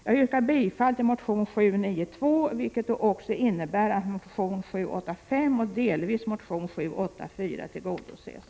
Jag yrkar bifall till motion Jo792, vilket innebär att också kraven i motion Jo785 och delvis i motion Jo784 tillgodoses.